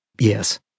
Yes